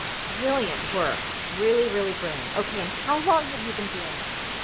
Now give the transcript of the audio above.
brilliant work. really, really brilliant. okay and how long have you been doing this?